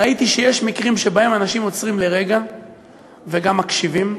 ראיתי שיש מקרים שבהם אנשים עוצרים לרגע וגם מקשיבים.